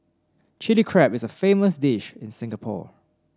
Chilli Crab is a famous dish in Singapore